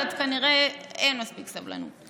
אבל כנראה אין מספיק סבלנות.